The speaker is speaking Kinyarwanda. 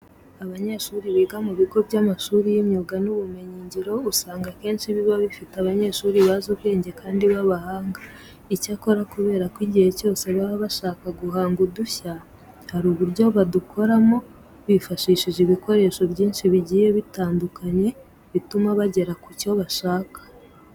Abanyeshuri biga mu bigo by'amashuri y'imyuga n'ubumenyingiro, usanga akenshi biba bifite abanyeshuri bazi ubwenge kandi b'abahanga. Icyakora kubera ko igihe cyose baba bashaka guhanga udushya hari uburyo badukoramo bifashishije ibikoresho byinshi bigiye bitandukanye bituma bagera ku cyo bashaka.